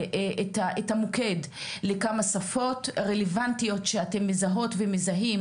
את המוקד, לכמה שפות רלוונטיות שאתם מזהות ומזהים,